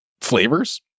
flavors